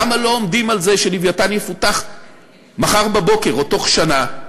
למה לא עומדים על זה ש"לווייתן" יפותח מחר בבוקר או בתוך שנה,